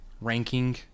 ranking